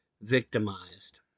victimized